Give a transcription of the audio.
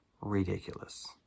ridiculous